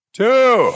two